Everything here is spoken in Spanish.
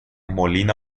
molina